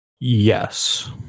Yes